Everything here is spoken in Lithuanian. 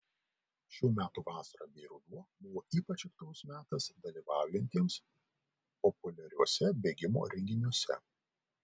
šių metų vasara bei ruduo buvo ypač aktyvus metas dalyvaujantiems populiariuose bėgimo renginiuose